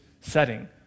setting